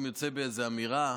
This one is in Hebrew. באיזו אמירה.